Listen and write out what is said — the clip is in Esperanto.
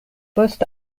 post